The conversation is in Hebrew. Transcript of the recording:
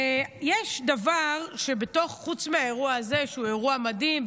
יש דבר, חוץ מהאירוע הזה, שהוא אירוע מדהים.